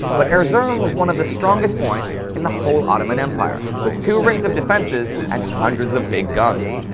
but erzurum was one of the strongest points in the whole ottoman empire with two rings of defenses and hundreds of big guns.